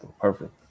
Perfect